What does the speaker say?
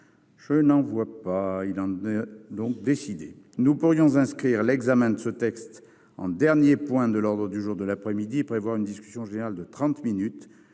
observations ?... Il en est ainsi décidé. Nous pourrions inscrire l'examen de ce texte en dernier point de l'ordre du jour de l'après-midi et prévoir une discussion générale de trente minutes.